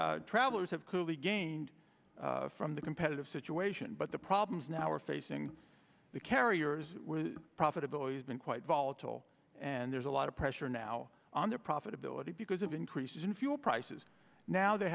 so travelers have clearly gained from the competitive situation but the problems now are facing the carriers profitability has been quite volatile and there's a lot of pressure now on their profitability because of increases in fuel prices now they